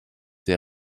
der